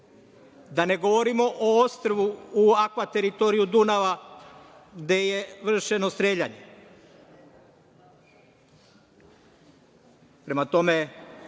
da ne govorimo o ostrvu u akva teritoriji Dunava, gde je vršeno streljanje. Prema tome,